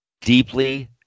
deeply